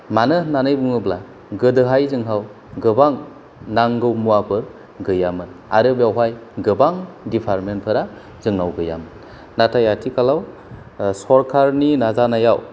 मानो होननानै बुङोब्ला गोदोहाय जोंखौ गोबां नांगौ मुवाफोर गैयामोन आरो बेवहाय गोबां दिपार्तमेन फोरा जोंनाव गैयामोन नाथाय आथिखालाव सरकारनि नाजानायाव